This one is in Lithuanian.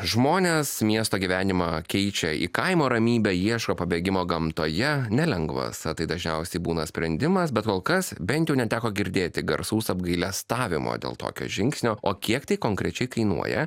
žmonės miesto gyvenimą keičia į kaimo ramybę ieško pabėgimo gamtoje nelengvas tai dažniausiai būna sprendimas bet kol kas bent jau neteko girdėti garsaus apgailestavimo dėl tokio žingsnio o kiek tai konkrečiai kainuoja